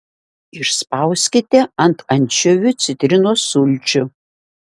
išspauskite ant ančiuvių citrinos sulčių